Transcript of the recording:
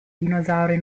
dinosauri